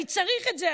אני צריך את זה,